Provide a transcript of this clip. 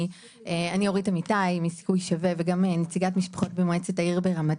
אני אורית אמיתי מסיכוי שווה וגם נציגת משפחות במועצת העיר ברמת